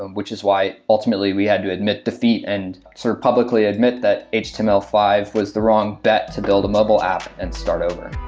and which is why ultimately we had to admit defeat and sort of publicly admit that h t m l five was the wrong bet to build a mobile app and start over.